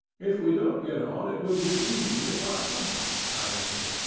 if we don't get on it will be easy to part company, i answered.